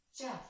Jeff